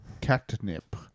Catnip